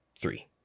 three